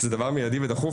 הם דבר מידי ודחוף.